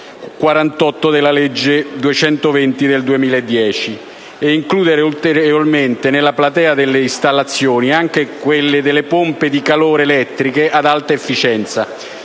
48, della legge 13 dicembre 2010, n. 220, e ad includere ulteriormente nella platea delle installazioni anche quelle delle pompe di calore elettriche ad alta efficienza